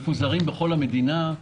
מפוזרים בכל המדינה.